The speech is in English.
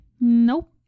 Nope